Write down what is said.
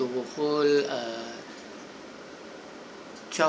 to hold a twelve